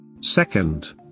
Second